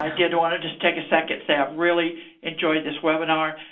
i didn't want to just take a second really enjoyed this webinar.